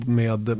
med